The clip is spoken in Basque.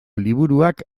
liburuak